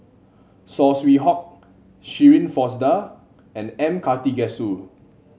Saw Swee Hock Shirin Fozdar and M Karthigesu